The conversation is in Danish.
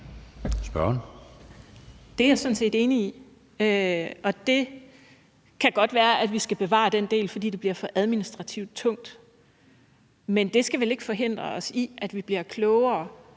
Det er jeg sådan set enig i, og det kan godt være, at vi skal bevare den del, fordi det bliver for administrativt tungt. Men det skal vel ikke forhindre os i at blive klogere